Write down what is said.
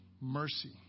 mercy